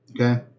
okay